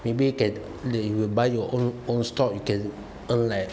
maybe you can if you will buy your own own stock you can earn leh